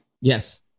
Yes